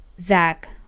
zach